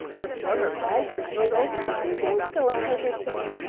her former bridegroom rode over it a few days ago and heard her singing,